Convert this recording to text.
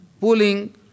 pulling